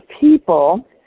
people